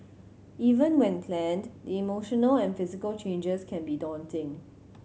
even when planned the emotional and physical changes can be daunting